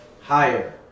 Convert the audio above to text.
higher